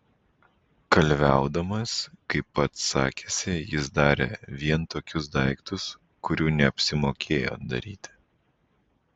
kalviaudamas kaip pats sakėsi jis darė vien tokius daiktus kurių neapsimokėjo daryti